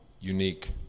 unique